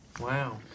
wow